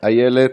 ורבין איילת.